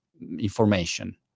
information